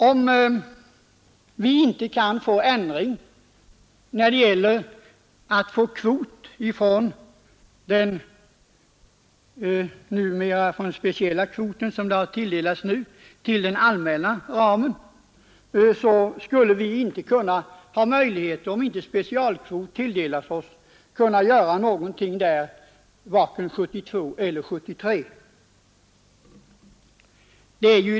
Kan vi inte få en ändring till stånd när det gäller den kvot som tilldelats oss inom den allmänna ramen, så har vi inga möjligheter att göra någonting därvidlag vare sig 1972 eller 1973, om inte specialkvot tilldelas oss.